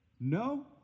No